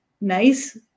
nice